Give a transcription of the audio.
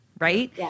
right